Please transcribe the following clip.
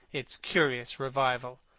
its curious revival.